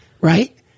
Right